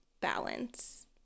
balance